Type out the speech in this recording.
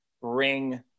bring